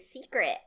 secret